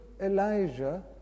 Elijah